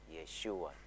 Yeshua